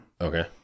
Okay